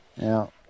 Now